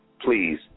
Please